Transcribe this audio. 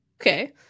okay